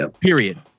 period